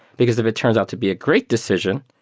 because if it turns out to be a great decision,